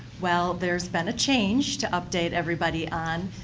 well there's been a change to update everybody on.